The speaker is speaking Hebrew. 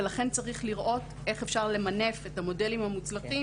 ולכן צריך לראות איך אפשר למנף את המודלים המוצלחים